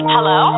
Hello